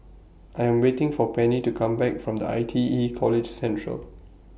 I Am waiting For Penny to Come Back from The I T E College Central